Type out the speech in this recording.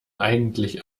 eigentlich